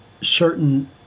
certain